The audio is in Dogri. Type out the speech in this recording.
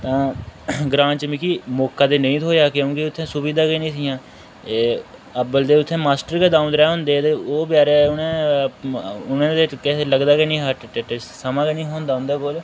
तां ग्रांऽ च मिगी मौका ते नेईं थोहएया क्योंकि उत्थै सुविधा गै नेईं हियां ऐ एह् अबल ते उत्थें मास्टर गै द'ऊं त्र'ऊं होंदे हे ते ओह बचारे उ'नें ते किश लगदा गै नेईंं आ हा स्टेट्स समां गै नेईं हा होंदा उं'दे कोल